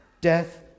death